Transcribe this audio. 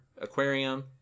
aquarium